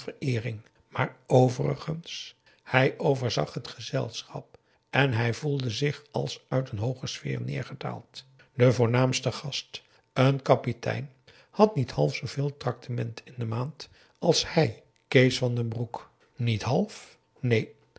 vereering maar overigens hij overzag t gezelschap en hij voelde zich als uit een hooger sfeer neergedaald de voornaamste gast een kapitein had niet half zooveel tractement in de maand als hij kees van den broek niet half neen